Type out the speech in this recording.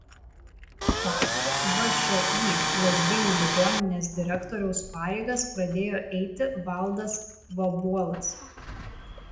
vakar všį lazdijų ligoninės direktoriaus pareigas pradėjo eiti valdas vabuolas